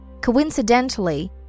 Coincidentally